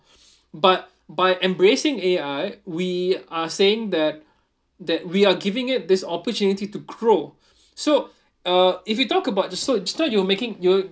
but by embracing A_I we are saying that that we're giving it this opportunity to grow so uh if we talk about the so so you were making you were